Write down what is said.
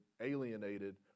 alienated